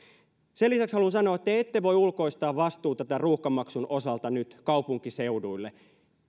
lisäksi haluan sanoa että te ette voi ulkoistaa vastuuta tämän ruuhkamaksun osalta nyt kaupunkiseuduille